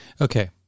Okay